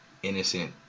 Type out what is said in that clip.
innocent